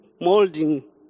molding